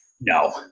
No